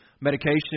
medication